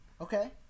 Okay